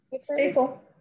staple